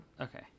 Okay